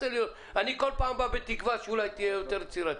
אני כל פעם בא בתקווה שאולי תהיה יותר יצירתי.